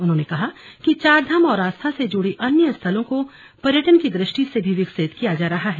उन्होंने कहा कि चारधाम और आस्था से जुड़े अन्य स्थलों को पर्यटन की दृ ष्टि से भी विकसित किया जा रहा है